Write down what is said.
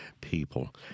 people